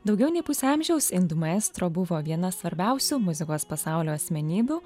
daugiau nei pusę amžiaus indų maestro buvo viena svarbiausių muzikos pasaulio asmenybių